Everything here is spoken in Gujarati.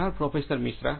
આભાર પ્રોફેસર મિશ્રા